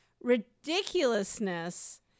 ridiculousness